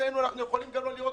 מבחינתנו אנחנו יכולים גם לא לראות